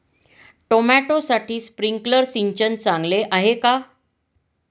टोमॅटोसाठी स्प्रिंकलर सिंचन चांगले आहे का?